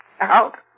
Out